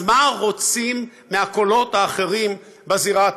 אז מה רוצים מהקולות האחרים בזירה התקשורתית?